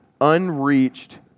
unreached